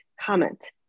comment